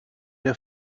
der